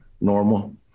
normal